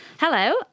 Hello